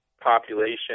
population